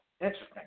Interesting